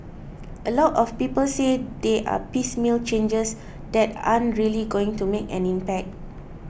a lot of people say they are piecemeal changes that aren't really going to make an impact